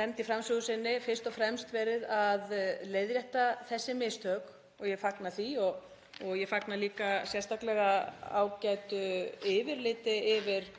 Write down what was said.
nefndi í framsögu sinni, fyrst og fremst verið að leiðrétta þessi mistök og ég fagna því. Ég fagna líka sérstaklega ágætu yfirliti yfir